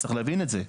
צריך להבין את זה.